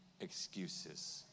excuses